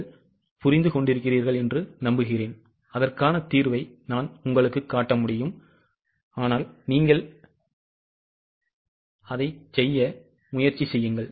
நீங்கள் புரிந்து கொண்டிருக்கிறீர்கள் என்று நம்புகிறேன் அதற்கான தீர்வை நான் உங்களுக்குக் காட்ட முடியும் ஆனால் அதைச் செய்ய முயற்சிக்கவும்